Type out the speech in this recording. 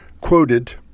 quoted